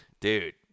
Dude